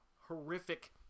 horrific